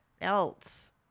else